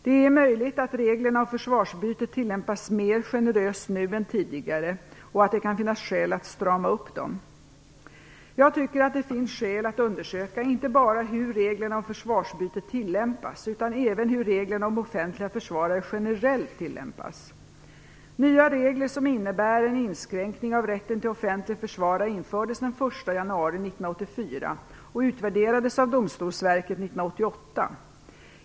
Det är möjligt att reglerna om försvararbyte tillämpas mer generöst nu än tidigare och att det kan finnas skäl att strama upp dem. Jag tycker att det finns skäl att undersöka inte bara hur reglerna om försvararbyte tillämpas, utan även hur reglerna om offentliga försvarare generellt tillämpas. Nya regler som innebar en inskränkning av rätten till offentlig försvarare infördes den 1 januari 1984 och utvärderades av Domstolsverket 1988.